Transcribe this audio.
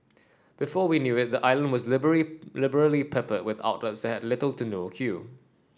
before we knew it the island was liberally liberally peppered with outlets that had little to no queue